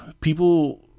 people